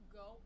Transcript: go